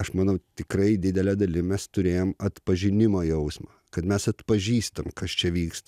aš manau tikrai didele dalim mes turėjom atpažinimo jausmą kad mes atpažįstam kas čia vyksta